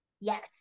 yes